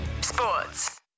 Sports